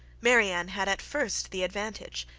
marianne had at first the advantage,